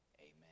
Amen